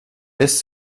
lässt